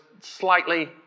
slightly